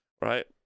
Right